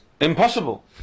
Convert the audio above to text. impossible